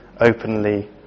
openly